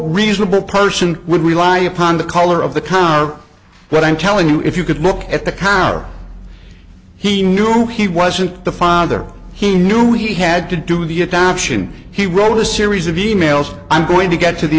reasonable person would rely upon the color of the car but i'm telling you if you could look at the counter he knew he wasn't the father he knew he had to do the adoption he wrote a series of e mails i'm going to get to the